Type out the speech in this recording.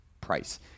price